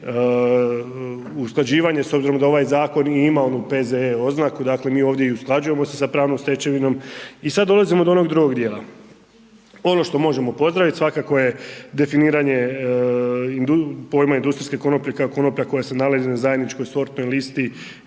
usklađivanje s obzirom da ovaj zakon i ima onu P.Z.E oznaku, dakle mi ovdje i usklađujemo se sa pravnom stečevinom. I sad dolazimo do onog drugog dijela, ono što možemo pozdravit svakako je definiranje pojma industrijske konoplje kao konoplja koja se nalazi na zajedničkoj sortnoj listi